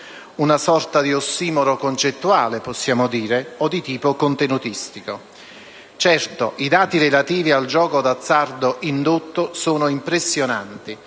una sorta di ossimoro concettuale, possiamo dire, o di tipo contenutistico. Certo, i dati relativi al gioco d'azzardo indotto sono impressionanti.